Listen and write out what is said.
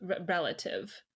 relative